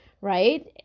right